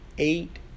Eight